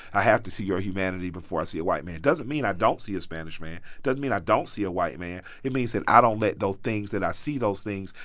i have to see your humanity before i see a white man. it doesn't mean i don't see a spanish man, doesn't mean i don't see a white man. it means that i don't let those things that i see, those things,